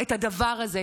את הדבר הזה.